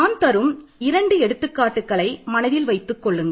நான் தரும் இரண்டு எடுத்துக்காட்டுகளை மனதில் வைத்துக்கொள்ளுங்கள்